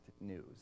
news